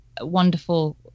wonderful